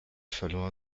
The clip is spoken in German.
verlor